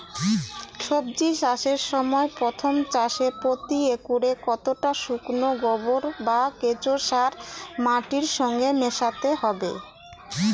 সবজি চাষের সময় প্রথম চাষে প্রতি একরে কতটা শুকনো গোবর বা কেঁচো সার মাটির সঙ্গে মেশাতে হবে?